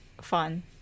fun